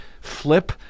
flip